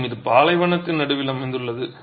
மேலும் இது பாலைவனத்தின் நடுவில் அமைந்துள்ளது